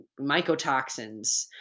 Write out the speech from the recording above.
mycotoxins